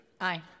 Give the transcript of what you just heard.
Aye